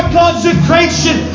consecration